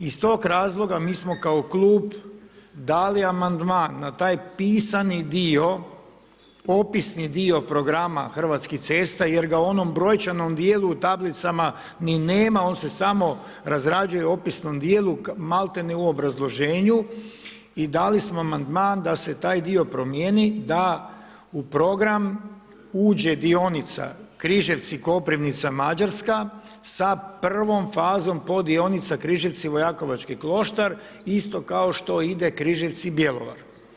Iz tog razloga mi smo kao Klub dali amandman na taj pisani dio, opisni dio programa Hrvatskih cesta jer ga u onom brojčanom dijelu u tablicama ni nema, on se samo razrađuje u opisnom dijelu maltene u obrazloženju i dali smo amandman da se taj dio promijeni da u program uđe dionica Križevci – Koprivnica – Mađarska sa prvom fazom poddionica Križevci – Vojakovački Kloštar isto kao što ide Križevci – Bjelovar.